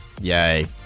Yay